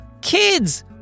Kids